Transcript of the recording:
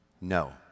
No